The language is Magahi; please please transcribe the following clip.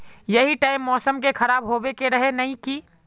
यही टाइम मौसम के खराब होबे के रहे नय की?